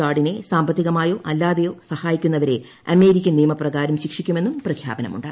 ഗാർഡിനെ സാമ്പത്തികമായോ അല്ലാതെയോ റവലുഷണറി സഹായിക്കുന്നവരെ അമേരിക്കൻ നിയമപ്രകാരം ശിക്ഷിക്കുമെന്നും പ്രഖ്യാപനമുണ്ട്